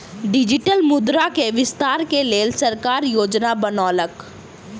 digital मुद्रा के विस्तार के लेल सरकार योजना बनौलक